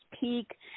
peak